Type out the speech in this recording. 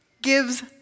gives